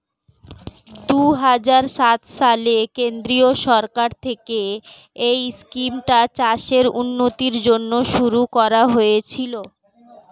দুহাজার সাত সালে কেন্দ্রীয় সরকার থেকে এই স্কিমটা চাষের উন্নতির জন্য শুরু করা হয়েছিল